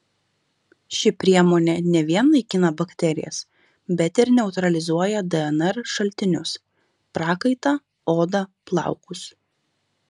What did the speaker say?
ši priemonė ne vien naikina bakterijas bet ir neutralizuoja dnr šaltinius prakaitą odą plaukus